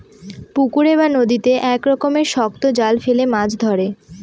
পুকুরে বা নদীতে এক রকমের শক্ত জাল ফেলে মাছ ধরে